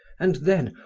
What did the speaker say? and then,